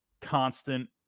constant